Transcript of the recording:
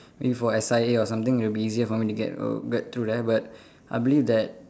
things for S_I_A or something will be easier for me to get err get through there but I believe that